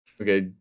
Okay